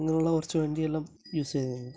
ഇങ്ങനെ ഉള്ള കുറച്ചു വണ്ടിയെല്ലാം യൂസ് ചെയ്യുന്നു